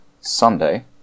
Sunday